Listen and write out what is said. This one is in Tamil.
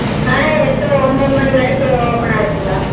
கடை எப்போதும் ஒம்போது மணி வரைக்கும் ஓப்பன் ஆகியிருக்குங்க